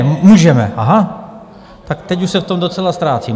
Můžeme, aha, tak teď už se v tom docela ztrácím.